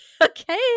okay